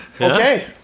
Okay